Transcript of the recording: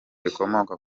rikomoka